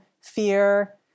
fear